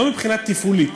לא מבחינה תפעולית,